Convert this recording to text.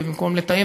ובמקום לתאם,